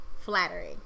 flattering